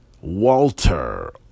walter